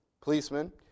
policeman